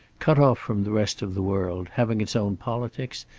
cut off from the rest of the world, having its own politics,